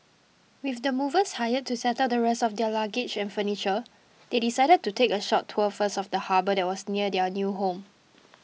with the movers hired to settle the rest of their luggage and furniture they decided to take a short tour first of the harbour that was near their new home